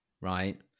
right